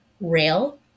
rail